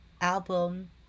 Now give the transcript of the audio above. album